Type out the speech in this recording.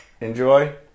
Enjoy